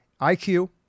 iq